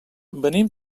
venim